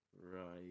Right